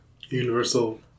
Universal